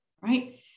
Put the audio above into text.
right